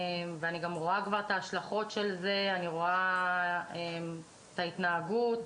אני רואה את ההשלכות של זה, אני רואה את ההתנהגות.